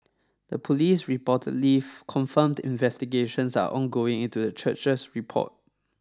the police reportedly confirmed investigations are ongoing into the church's report